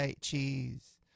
Cheese